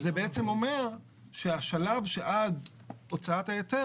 זה בעצם אומר שהשלב שעד הוצאת ההיתר